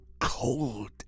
cold